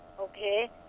Okay